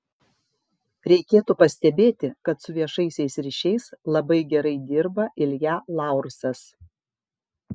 reikėtų pastebėti kad su viešaisiais ryšiais labai gerai dirba ilja laursas